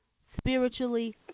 spiritually